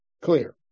Clear